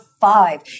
five